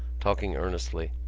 talking earnestly.